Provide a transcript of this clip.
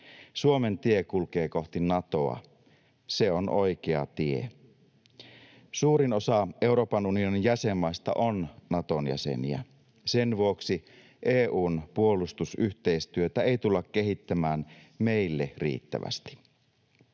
Suomen tie kulkee kohti Natoa. Se on oikea tie. Suurin osa Euroopan unionin jäsenmaista on Naton jäseniä. Sen vuoksi EU:n puolustusyhteistyötä ei tulla kehittämään meille riittävästi.